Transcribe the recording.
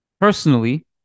personally